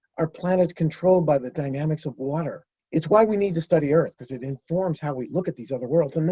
our planet's controlled by the dynamics of water. it's why we need to study earth, because it informs how we look at these other worlds. and and